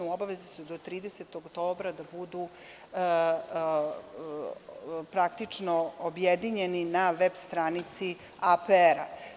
U obavezi su do 30. oktobra da budu praktično objedinjeni na „veb“ stranici APR-a.